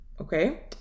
okay